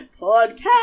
podcast